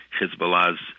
Hezbollah's